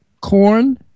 Corn